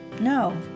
No